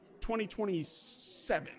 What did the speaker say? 2027